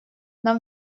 нам